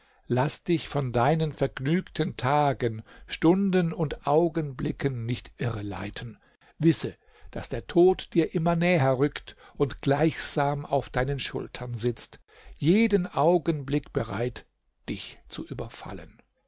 laß dich von deinen vergnügten tagen stunden und augenblicken nicht irre leiten wisse daß der tod dir immer näher rückt und gleichsam auf deinen schultern sitzt jeden augenblick bereit dich zu überfallen